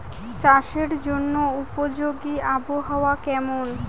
চাষের জন্য উপযোগী আবহাওয়া কেমন?